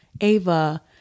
Ava